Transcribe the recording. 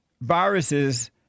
viruses